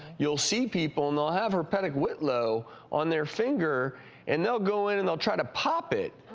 you'll see people and they'll have herpetic whitlow on their finger and they'll go in and they'll try to pop it.